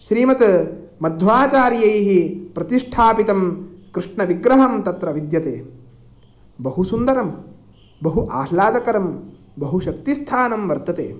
श्रीमत् मध्वाचार्यैः प्रतिष्ठापितं कृष्णविग्रहं तत्र विद्यते बहु सुन्दरं बहु आह्लादकरं बहु शक्तिस्थानं वर्तते